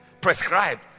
prescribed